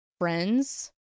friends